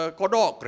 kodok